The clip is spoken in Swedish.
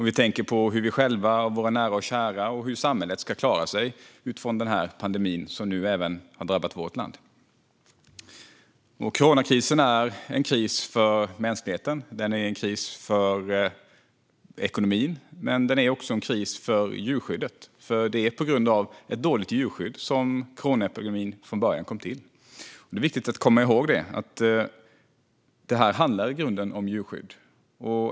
Vi tänker på hur vi själva, våra nära och kära och samhället ska klara sig från denna pandemi, som nu även har drabbat vårt land. Coronakrisen är en kris för mänskligheten och en kris för ekonomin, men den är också en kris för djurskyddet. Det var nämligen på grund av ett dåligt djurskydd som coronaepidemin från början kom till. Det är viktigt att komma ihåg att detta i grunden handlar om djurskydd.